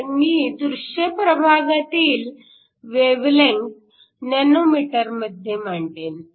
तर मी दृश्य प्रभागातील वेव्हलेंथ नॅनोमीटर मध्ये मांडेन